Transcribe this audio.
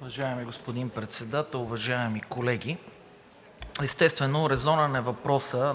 Уважаеми господин Председател, уважаеми колеги! Естествено, резонен е въпросът,